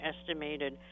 estimated